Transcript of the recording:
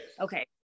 okay